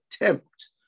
attempt